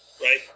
right